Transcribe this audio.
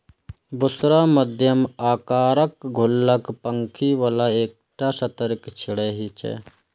बुशरा मध्यम आकारक, हल्लुक पांखि बला एकटा सतर्क चिड़ै छियै